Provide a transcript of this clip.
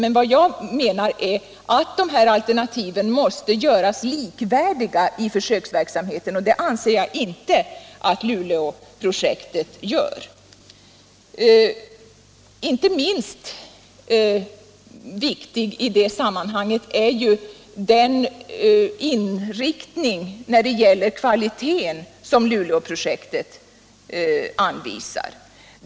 Men jag menar att de olika alternativen måste göras likvärdiga i försöksverksamheten, och det anser jag inte har skett i Luleåprojektet. Inte minst viktig i detta sammanhang är inriktningen när det gäller kvaliteten i Luleåprojektet.